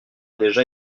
déjà